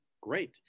great